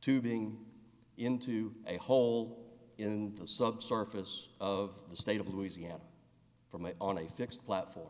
to being into a hole in the subsurface of the state of louisiana from a on a fixed platform